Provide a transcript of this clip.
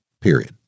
period